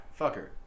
fucker